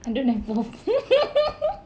I don't have both